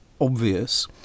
obvious